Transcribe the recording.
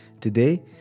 Today